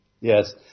Yes